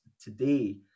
today